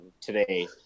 today